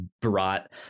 brought